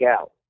out